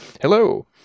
hello